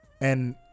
And-